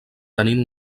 tenint